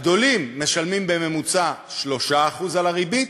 הגדולים משלמים בממוצע 3% ריבית,